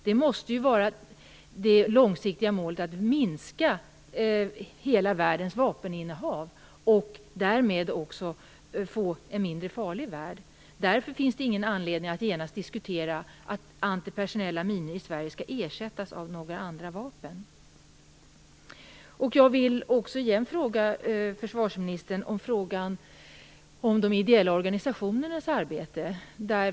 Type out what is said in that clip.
Det långsiktiga målet måste ju vara att minska hela världens vapeninnehav och därmed också få en mindre farlig värld. Därför finns det ingen anledning att genast diskutera att antipersonella minor i Sverige skall ersättas av några andra vapen. Jag vill också återigen fråga försvarsministern om de ideella organisationernas arbete.